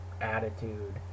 attitude